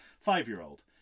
Five-year-old